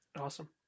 awesome